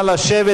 נא לשבת.